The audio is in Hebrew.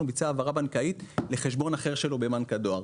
אלא הוא ביצע העברה בנקאית לחשבון אחר שלו בבנק הדואר.